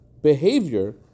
behavior